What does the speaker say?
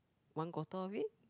one quarter of it